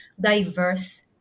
diverse